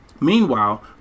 Meanwhile